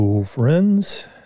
friends